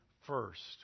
first